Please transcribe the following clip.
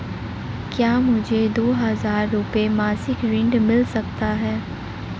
क्या मुझे दो हज़ार रुपये मासिक ऋण मिल सकता है?